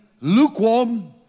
lukewarm